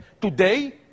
today